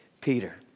Peter